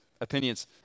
opinions